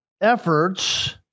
efforts